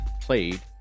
played